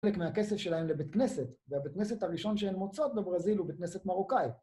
חלק מהכסף שלהם לבית כנסת, והבית כנסת הראשון שהן מוצאות בברזיל הוא בית כנסת מרוקאי